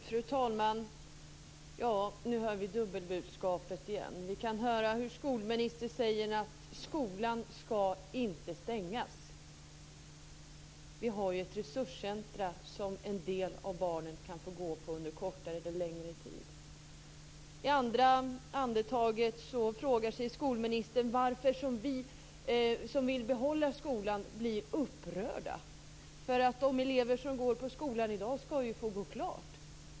Fru talman! Nu hör vi det dubbla budskapet igen. Vi kan höra hur skolministern säger: Skolan ska inte stängas. Vi har ju ett resurscenter som en del av barnen kan få gå på under kortare eller längre tid. I andra andetaget frågar sig skolministern varför vi som vill behålla skolan blir upprörda. De elever som går på skolan i dag ska ju få gå klart.